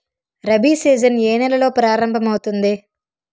Rabi season ఏ నెలలో ప్రారంభమౌతుంది?